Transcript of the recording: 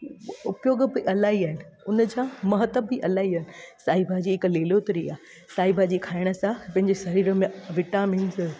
उपयोग बि इलाही आहिनि हुन जा महत्वु बि इलाही आहिनि साई भाॼी हिकु लिलोत्री आहे साई भाॼी खाइण सां पंहिंजे सरीर में विटामिन्स